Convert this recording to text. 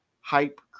hype